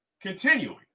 continuing